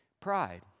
pride